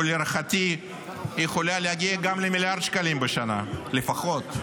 ולהערכתי היא יכולה להגיע גם למיליארד שקלים בשנה לפחות.